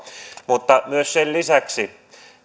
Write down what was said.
mutta sen lisäksi myös